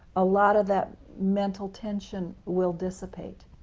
a lot of that mental tension will dissipate.